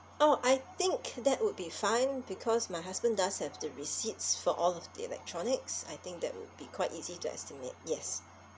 oh I think that would be fine because my husband does have the receipts for all of the electronics I think that would be quite easy to estimate yes